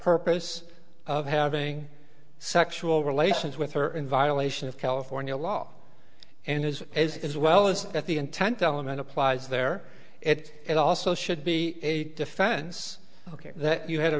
purpose of having sexual relations with her in violation of california law and it is well is that the intent element applies there it also should be a defense ok that you had a